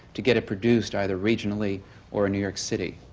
to get it produced, either regionally or in new york city?